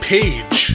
Page